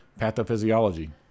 Pathophysiology